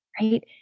right